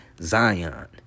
Zion